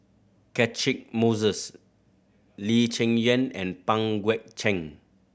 Catchick Moses Lee Cheng Yan and Pang Guek Cheng